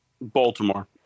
Baltimore